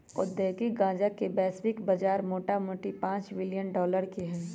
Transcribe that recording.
औद्योगिक गन्जा के वैश्विक बजार मोटामोटी पांच बिलियन डॉलर के हइ